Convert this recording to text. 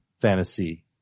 fantasy